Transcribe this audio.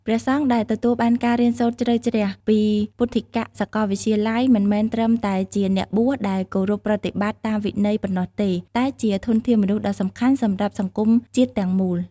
ព្រះសង្ឃដែលទទួលបានការរៀនសូត្រជ្រៅជ្រះ ពីពុទ្ធិកសាកលវិទ្យាល័យ មិនមែនត្រឹមតែជាអ្នកបួសដែលគោរពប្រតិបត្តិតាមវិន័យប៉ុណ្ណោះទេ តែជាធនធានមនុស្សដ៏សំខាន់សម្រាប់សង្គមជាតិទាំងមូល។